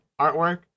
artwork